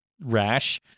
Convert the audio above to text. rash